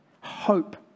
hope